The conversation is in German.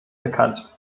bekannt